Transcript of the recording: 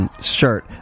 shirt